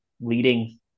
leading